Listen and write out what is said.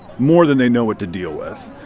more than they know what to deal with.